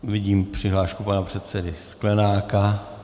Vidím přihlášku pana předsedy Sklenáka.